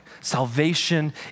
Salvation